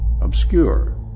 obscure